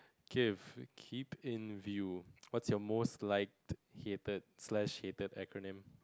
Keith keep in view what's your most liked hated slash hated acronym